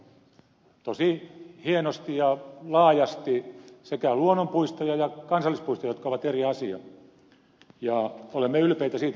me olemme lappiin saaneet tosi hienosti ja laajasti sekä luonnonpuistoja että kansallispuistoja jotka ovat eri asioita ja olemme ylpeitä siitä